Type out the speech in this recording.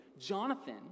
Jonathan